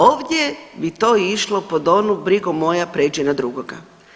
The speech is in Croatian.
Ovdje bi to išlo pod onu „brigo moja prijeđi na drugoga“